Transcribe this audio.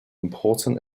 important